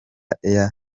airtel